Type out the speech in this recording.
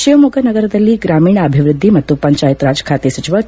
ಶಿವಮೊಗ್ಗ ನಗರದಲ್ಲಿ ಗ್ರಾಮೀಣಾಭಿವೃದ್ಧಿ ಮತ್ತು ಪಂಚಾಯತ್ ರಾಜ್ ಖಾತೆ ಸಚಿವ ಕೆ